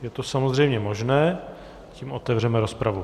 Je to samozřejmě možné, tím otevřeme rozpravu.